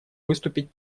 выступить